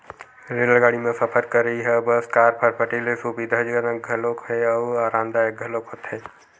रेलगाड़ी म सफर करइ ह बस, कार, फटफटी ले सुबिधाजनक घलोक हे अउ अरामदायक घलोक होथे